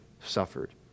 suffered